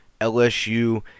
LSU